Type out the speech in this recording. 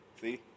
See